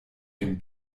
dem